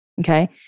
Okay